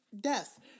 death